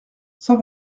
cent